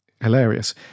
hilarious